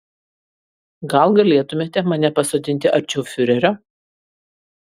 gal galėtumėte mane pasodinti arčiau fiurerio